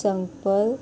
संपल